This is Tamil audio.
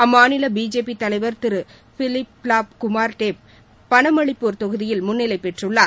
அம்மாநில பிஜேபி தலைவர் திரு பிப்வாப் குமார் டேப் பனமளிப்பூர் தொகுதியில் முன்னிலை பெற்றுள்ளார்